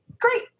great